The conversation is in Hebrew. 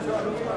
סיעת קדימה